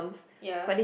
ya